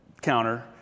counter